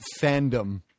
fandom